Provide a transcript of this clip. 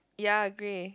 ya grey